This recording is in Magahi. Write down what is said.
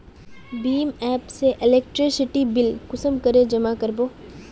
भीम एप से इलेक्ट्रिसिटी बिल कुंसम करे जमा कर बो?